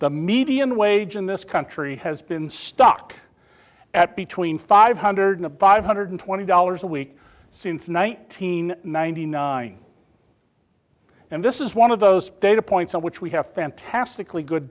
the median wage in this country has been stuck at between five hundred to five hundred twenty dollars a week since nineteen ninety nine and this is one of those data points on which we have fantastically good